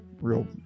real